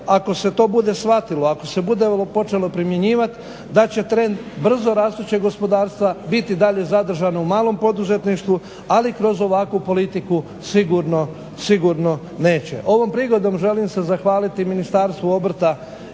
ako se to bude shvatilo, ako se bude ovo počelo primjenjivati da će trend brzo rastućeg gospodarstva biti dalje zadržan u malom poduzetništvu, ali kroz ovakvu politiku sigurno neće. Ovom prigodom želim se zahvaliti Ministarstvu obrta